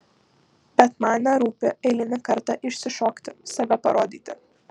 bet man nerūpi eilinį kartą išsišokti save parodyti